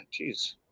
Jeez